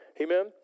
amen